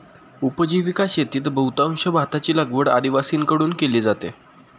उपजीविका शेतीत बहुतांश भाताची लागवड आदिवासींकडून केली जाते